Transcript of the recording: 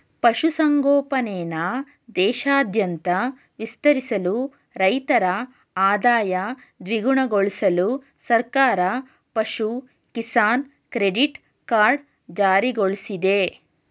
ಪಶು ಸಂಗೋಪನೆನ ದೇಶಾದ್ಯಂತ ವಿಸ್ತರಿಸಲು ರೈತರ ಆದಾಯ ದ್ವಿಗುಣಗೊಳ್ಸಲು ಸರ್ಕಾರ ಪಶು ಕಿಸಾನ್ ಕ್ರೆಡಿಟ್ ಕಾರ್ಡ್ ಜಾರಿಗೊಳ್ಸಿದೆ